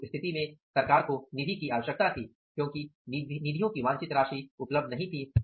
तो उस स्थिति में सरकार को निधि की आवश्यकता थी क्योंकि निधियों की वांछित राशि उपलब्ध नहीं थी